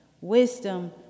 wisdom